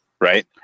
right